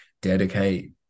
dedicate